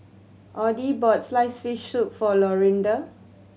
Audie bought sliced fish soup for Lorinda